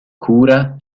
cura